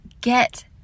get